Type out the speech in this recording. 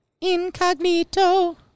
Incognito